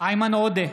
איימן עודה,